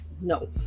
no